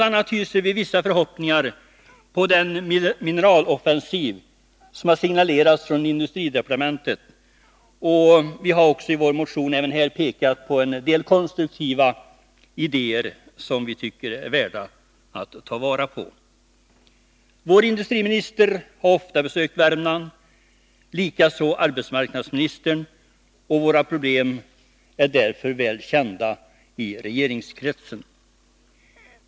a. hyser vi vissa förhoppningar på den mineraloffensiv som signalerats från industridepartementet, och vi har i vår motion även här pekat på en del konstruktiva idéer värda att ta vara på. Vår industriminister har ofta besökt Värmland, likaså arbetsmarknadsministern, och våra problem är därför väl kända i regeringskretsen.